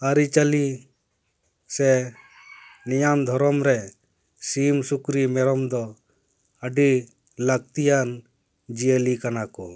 ᱟᱹᱨᱤᱼᱪᱟᱹᱞᱤ ᱥᱮ ᱱᱮᱭᱟᱢ ᱫᱷᱚᱨᱚᱢ ᱨᱮ ᱥᱤᱢ ᱥᱩᱠᱨᱤ ᱢᱮᱨᱚᱢ ᱫᱚ ᱟᱹᱰᱤ ᱞᱟᱹᱠᱛᱤᱭᱟᱱ ᱡᱤᱭᱟᱹᱞᱤ ᱠᱟᱱᱟ ᱠᱚ